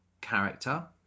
character